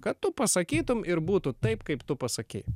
kad tu pasakytum ir būtų taip kaip tu pasakei